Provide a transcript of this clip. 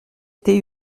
été